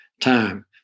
time